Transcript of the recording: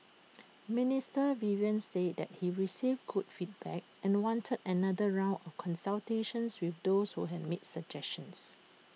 Minister Vivian said that he received good feedback and wanted another round of consultations with those who had made suggestions